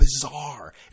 bizarre